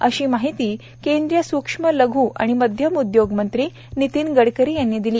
अशी माहिती केंद्रीय सूक्ष्म लघ् आणि मध्यम उदयोग मंत्री नितीन गडकरी यांनी दिली